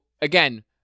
again